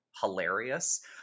hilarious